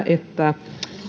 että